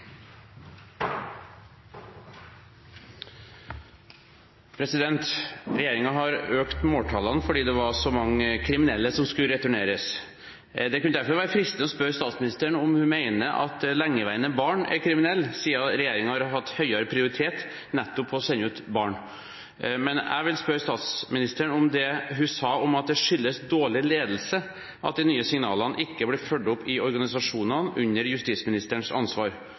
har økt alle måltallene fordi det var så mange kriminelle som skulle returneres. Det kunne derfor være fristende å spørre statsministeren om hun mener at lengeværende barn er kriminelle, siden regjeringen har gitt høyere prioritet til nettopp å sende ut barn. Men jeg vil spørre statsministeren om det hun sa om at det skyldes dårlig ledelse at de nye signalene ikke ble fulgt opp i organisasjonene under justisministerens ansvar.